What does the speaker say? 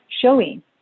showing